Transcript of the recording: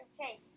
Okay